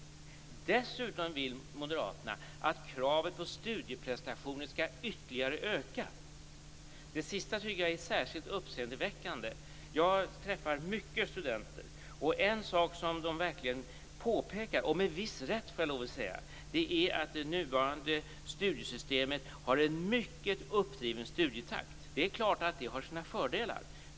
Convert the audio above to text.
Dessutom vill moderaterna att kraven på studieprestationer skall öka ytterligare. Det sista tycker jag är särskilt uppseendeväckande. Jag träffar många studenter, och en sak som de verkligen påpekar - och med viss rätt, får jag lov att säga - är att det nuvarande studiemedelssystemet har en mycket uppdriven studietakt. Det är klart att det har sina fördelar.